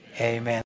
Amen